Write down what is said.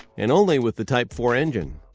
and only with the type four engine.